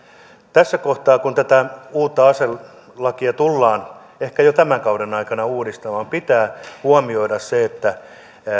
tässä kohtaa kun tätä uutta aselakia tullaan ehkä jo tämän kauden aikana uudistamaan pitää huomioida se että